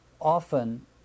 often